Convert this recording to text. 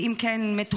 ואם כן מתוכנן,